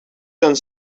done